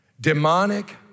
demonic